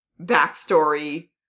backstory